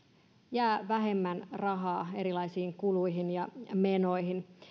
jää vähemmän rahaa erilaisiin kuluihin ja menoihin